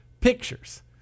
Pictures